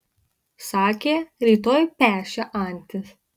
sakė rytoj pešią antis